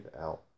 out